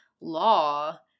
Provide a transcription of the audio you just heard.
law